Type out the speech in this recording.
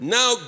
Now